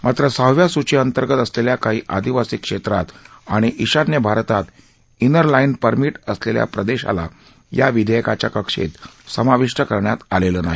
मात्र सहाव्या सूचीअंतर्गत असलेल्या काही आदिवासी क्षेत्रात आणि ईशान्य भारतात इनर लाईन परमी असलेल्या प्रदेशाला या विधेयकाच्या कक्षेत समाविष् करण्यात आलेलं नाही